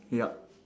yup